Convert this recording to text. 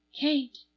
Kate